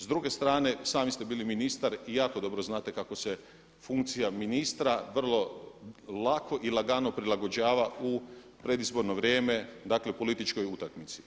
S druge strane, sami ste bili ministar i jako dobro znate kako se funkcija ministra vrlo lako i lagano prilagođava u predizborno vrijeme, dakle u političkoj utakmici.